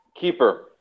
Keeper